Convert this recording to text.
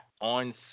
on